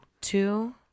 Two